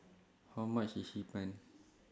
How much IS Hee Pan